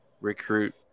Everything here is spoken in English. recruit